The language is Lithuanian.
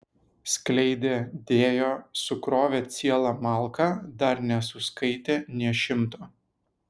skleidė dėjo sukrovė cielą malką dar nesuskaitė nė šimto